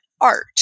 art